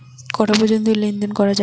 কটা পর্যন্ত লেন দেন করা যাবে?